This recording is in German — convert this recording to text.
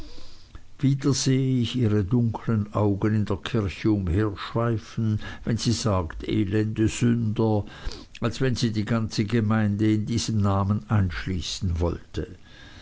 sehe ich ihre dunklen augen in der kirche umherschweifen wenn sie sagt elende sünder als wenn sie die ganze gemeinde in diesem namen einschließen wolle